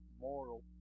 moral